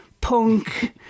punk